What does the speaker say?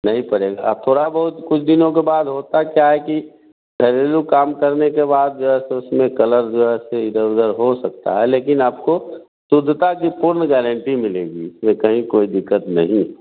नहीं पड़ेगा आप थोड़ा बहुत कुछ दिनों के बाद होता क्या है कि घरेलू काम करने के बाद जैसे उसमें कलर जैसे इधर उधर हो सकता है लेकिन आपको शुद्धता की पूर्ण गारंटी मिलेगी उसमें कहीं कोई दिक्कत नहीं